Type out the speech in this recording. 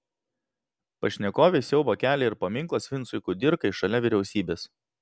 pašnekovei siaubą kelia ir paminklas vincui kudirkai šalia vyriausybės